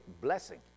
blessing